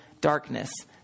darkness